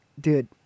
dude